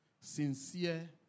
sincere